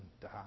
die